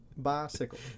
Bicycle